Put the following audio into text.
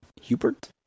Hubert